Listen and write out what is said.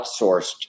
outsourced